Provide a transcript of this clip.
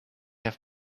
have